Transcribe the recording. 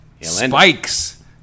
Spike's